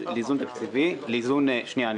בהסכם היא